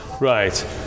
Right